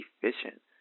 efficient